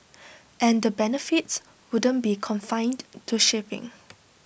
and the benefits wouldn't be confined to shipping